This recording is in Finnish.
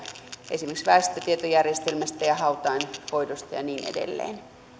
esimerkiksi väestötietojärjestelmästä ja hautaan hoidosta ja niin edelleen